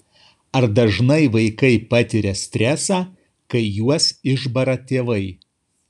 ar dažnai vaikai patiria stresą kai juos išbara tėvai